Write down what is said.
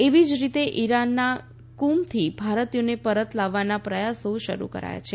એવી જ રીતે ઇરાનના ક્રમથી ભારતીથોને પરત લાવવાના પ્રયાસો શરૂ કરાયા છે